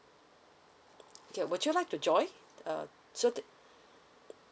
K would you like to join uh so that